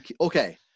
okay